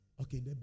Okay